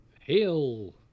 Hail